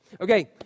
Okay